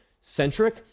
centric